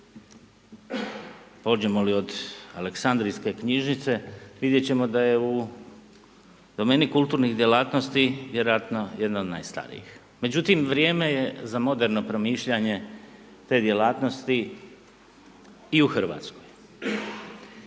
pođemo li od Aleksandrijske knjižnice, vidjet ćemo da je u domeni kulturnih djelatnosti vjerojatno jedna od najstarijih. Međutim vrijeme je za moderno promišljanje te djelatnosti i u Hrvatskoj.